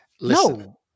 no